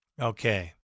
Okay